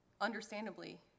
understandably